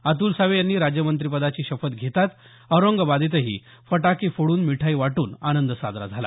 अतुल सावे यांनी राज्यमंत्रिपदाची शपथ घेताच औरंगाबादेतही फटाके फोडून मिठाई वाटून आनंद साजरा झाला